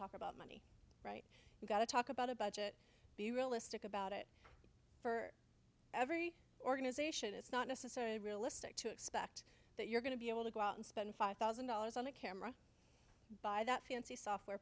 talk about money right you got to talk about a budget be realistic about it for every organization it's not necessarily realistic to expect that you're going to be able to go out and spend five thousand dollars on a camera buy that fancy software